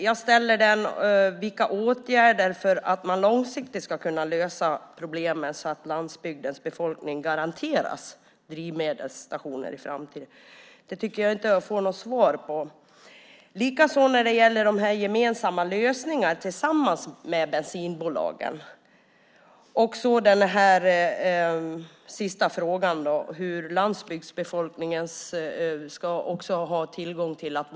Jag frågade om ministern var beredd att vidta åtgärder för att långsiktigt kunna lösa problemen så att landsbygdens befolkning garanteras drivmedelsstationer i framtiden. Det tycker jag inte att jag fått något svar på. Den andra frågan gällde de gemensamma lösningarna med bensinbolagen och den tredje hur även landsbygdsbefolkningen ska ha möjlighet att tanka miljövänligt.